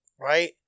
right